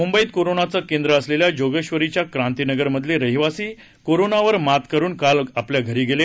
मुंबईत कोरोनाचं केंद्र असलेल्या जोगेश्वरीच्या क्रांतीनगरमधले रहिवासी कोरोनावर मात करून काल आपल्या घरी गेले